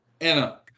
Anna